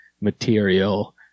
material